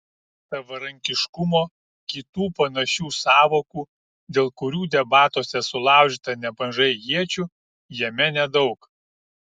savarankiškumo kitų panašių sąvokų dėl kurių debatuose sulaužyta nemažai iečių jame nedaug